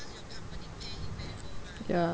ya